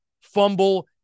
fumble